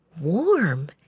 warm